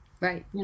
Right